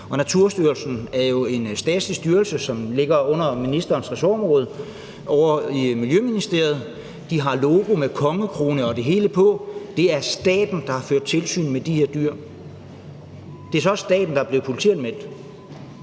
Naturstyrelsen er jo en statslig styrelse, som ligger under ministerens ressortområde ovre i Miljøministeriet – de har et logo med en kongekrone og det hele på – og det er staten, der har ført tilsyn med de her dyr, og det er så også staten, der er blevet politianmeldt.